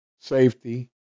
safety